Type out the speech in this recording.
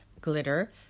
glitter